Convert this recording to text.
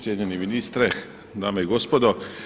Cijenjeni ministre, dame i gospodo.